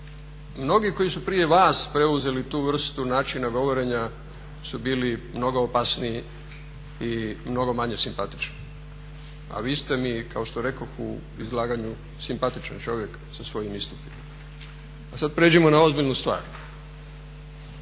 mnogi koji su prije vas preuzeli tu vrstu načina govorenja su bili mnogo opasniji i mnogo manje simpatični, a vi ste mi kao što rekoh u izlaganju simpatičan čovjek sa svojim istupima. A sad prijeđimo na ozbiljnu stvar.